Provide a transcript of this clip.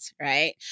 right